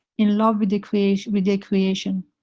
in love with the creation, with their creation.